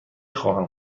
خواهم